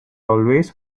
always